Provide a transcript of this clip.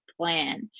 plan